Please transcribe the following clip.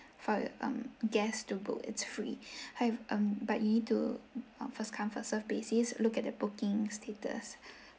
for the um guests to book it's free however um but you to first come first serve basis look at the booking status